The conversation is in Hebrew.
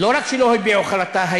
לא רק שלא הביעו חרטה,